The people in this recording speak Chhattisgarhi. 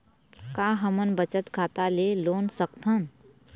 का हमन बचत खाता ले लोन सकथन?